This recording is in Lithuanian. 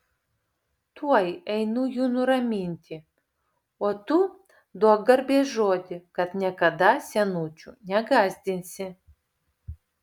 tuoj einu jų nuraminti o tu duok garbės žodį kad niekada senučių negąsdinsi